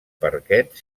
parquet